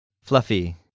fluffy